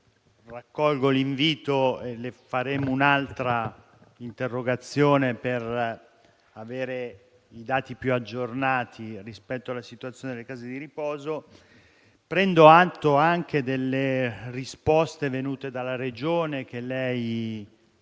che presenteremo un'altra interrogazione per avere dati più aggiornati rispetto alla situazione delle case di riposo. Prendo atto anche delle risposte pervenute dalla Regione Lombardia